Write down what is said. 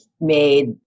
made